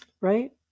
Right